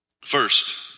first